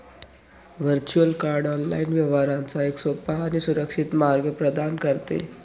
virtual card online व्यवहारांचा एक सोपा आणि सुरक्षित मार्ग प्रदान करते